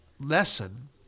lesson